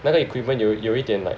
那个 equipment 有一点 like